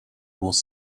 was